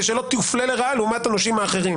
שלא תופלה לרעה לעומת הנושים האחרים.